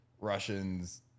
Russians